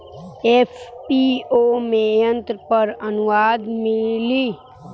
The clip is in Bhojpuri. एफ.पी.ओ में यंत्र पर आनुदान मिँली?